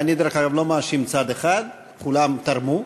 אני דרך אגב לא מאשים צד אחד, כולם תרמו,